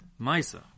Misa